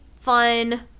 fun